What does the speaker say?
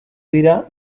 dira